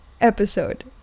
episode